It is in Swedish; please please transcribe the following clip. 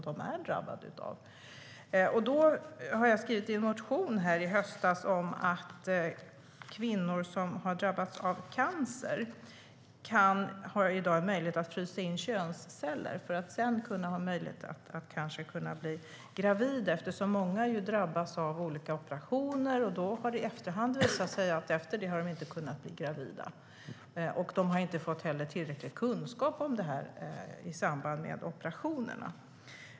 Många genomgår olika operationer, och efter det kan de inte bli gravida. De har inte heller fått tillräcklig kunskap om detta i samband med operationerna.